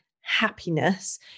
happiness